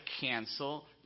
cancel